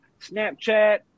Snapchat